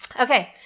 Okay